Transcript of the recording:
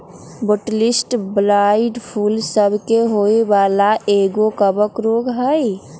Botrytis blight फूल सभ के होय वला एगो कवक रोग हइ